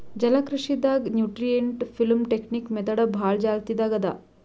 ಜಲಕೃಷಿ ದಾಗ್ nutrient film technique method ಭಾಳ್ ಚಾಲ್ತಿದಾಗ್ ಅದಾ